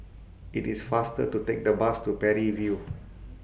IT IS faster to Take The Bus to Parry View